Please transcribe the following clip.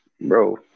Bro